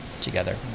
together